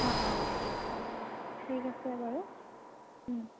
অঁ অঁ ঠিক আছে বাৰু